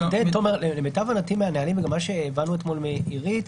למיטב הבנתי מהנהלים וגם מה שהבנו אתמול מעירית,